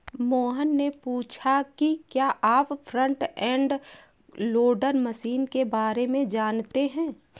मोहन ने पूछा कि क्या आप फ्रंट एंड लोडर मशीन के बारे में जानते हैं?